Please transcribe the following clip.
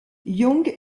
young